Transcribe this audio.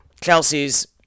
Chelsea's